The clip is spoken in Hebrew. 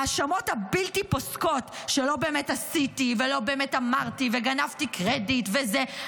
ההאשמות הבלתי-פוסקות שלא באמת עשיתי ולא באמת אמרתי וגנבתי קרדיט וזה,